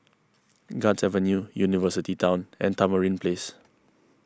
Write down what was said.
Guards Avenue University Town and Tamarind Place